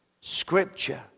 scripture